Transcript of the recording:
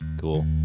Cool